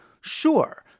sure